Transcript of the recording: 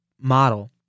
model